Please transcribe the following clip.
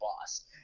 boss